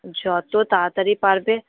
যতো তাড়াতাড়ি পারবে